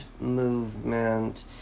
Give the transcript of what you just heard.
movement